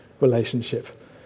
relationship